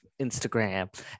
Instagram